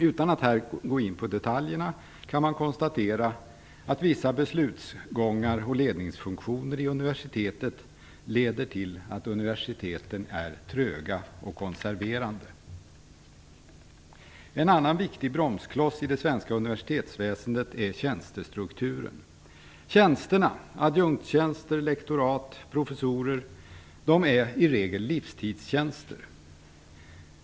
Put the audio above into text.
Utan att här gå in på detaljerna kan man konstatera att vissa beslutsgångar och ledningsfunktioner i universitetet leder till att universiteten är tröga och konserverande. En annan viktig bromskloss i det svenska universitetsväsendet är tjänstestrukturen. Tjänsterna - adjunktstjänster, lektorat och professurer - är i regel livstidstjänster.